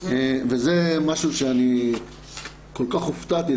זה משהו שאני כל כך הופתעתי,